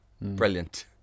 brilliant